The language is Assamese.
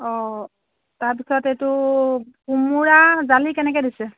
অ তাৰপিছত এইটো কোমোৰা জালি কেনেকৈ দিছে